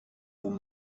vous